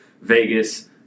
Vegas